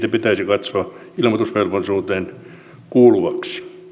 pitäisi katsoa ilmoitusvelvollisuuteen kuuluvaksi